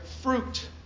fruit